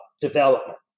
development